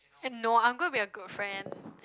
hey no I'm gonna be a girlfriend